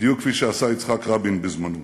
בדיוק כפי שעשה יצחק רבין בזמנו.